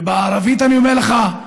ובערבית אני אומר לך: